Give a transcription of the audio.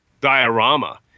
diorama